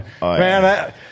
Man